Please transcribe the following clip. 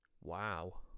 Wow